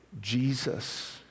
Jesus